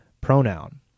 pronoun